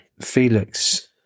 Felix